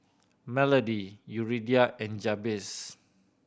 Melody Yuridia and Jabez